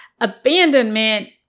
Abandonment